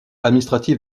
administratif